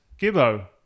Gibbo